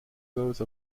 those